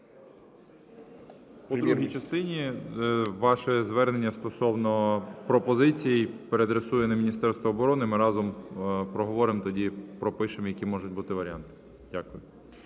В другій частині вашого звернення стосовно пропозицій переадресую на Міністерство оборони, ми разом проговоримо тоді, пропишемо, які можуть бути варіанти. Дякую.